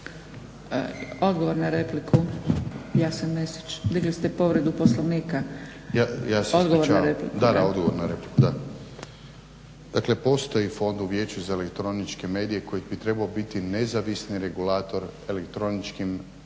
Odgovor na repliku, Jasen Mesić. Digli ste povredu Poslovnika. **Mesić, Jasen (HDZ)** Ja se ispričavam. Da, odgovor na repliku. Dakle postoji … Vijeće za elektroničke medije koji bi trebao biti nezavisni regulator elektroničkim medijima,